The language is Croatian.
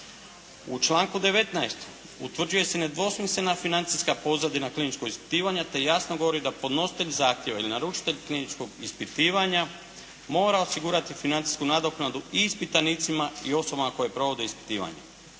U članku 19. utvrđuje se nedvosmislena financijska pozadina kliničkog ispitivanja te jasno govori da podnositelj zahtjeva ili naručitelj kliničkog ispitivanja mora osigurati financijsku nadoknadu i ispitanicima i osobama koje provode ispitivanje,